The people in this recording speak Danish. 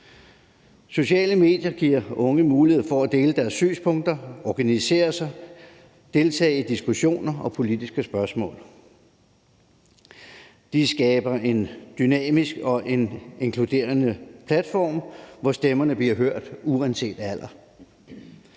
Sociale medier giver unge mulighed for at dele deres synspunkter, organisere sig og deltage i diskussioner om politiske spørgsmål. Det skaber en dynamisk og inkluderende platform, hvor stemmerne bliver hørt uanset alder.